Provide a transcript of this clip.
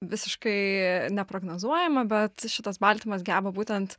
visiškai neprognozuojama bet šitas baltymas geba būtent